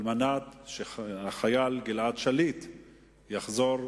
על מנת שהחייל גלעד שליט יחזור,